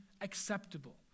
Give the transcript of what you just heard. acceptable